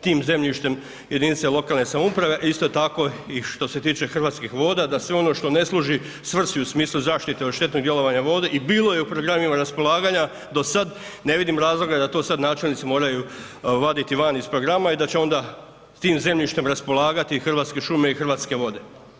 tim zemljištem jedinice lokalne samouprave, isto tako i što se tiče Hrvatskih voda da sve ono što ne služi svrsi u smislu zaštite od štetnog djelovanja vode i bilo je u programima raspolaganja do sad, ne vidim razloga da to sad načelnici moraju vaditi van iz programa i da će onda tim zemljištem raspolagati Hrvatske šume i Hrvatske vode.